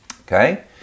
Okay